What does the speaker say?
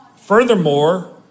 Furthermore